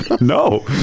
no